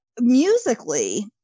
musically